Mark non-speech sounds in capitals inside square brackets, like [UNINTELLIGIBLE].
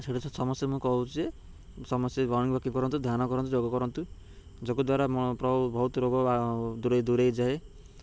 ସେଇଠୁ ସମସ୍ତେ ମୁଁ କହୁଛି ସମସ୍ତେ ମର୍ଣ୍ଣିଂ ୱାକିଂ କରନ୍ତୁ ଧ୍ୟାନ କରନ୍ତୁ ଯୋଗ କରନ୍ତୁ ଯୋଗ ଦ୍ୱାରା [UNINTELLIGIBLE] ବହୁତ ରୋଗ ଦୂରେଇ ଦୂରେଇ ଯାଏ